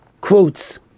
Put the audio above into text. quotes